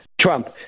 Trump